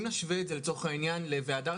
אם נשווה את זה לצורך העניין ל"והדרת